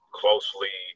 closely